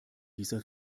dieser